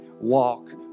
walk